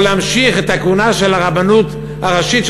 להמשיך את הכהונה של הרבנות הראשית,